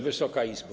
Wysoka Izbo!